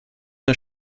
der